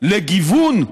לגיוון העמדות,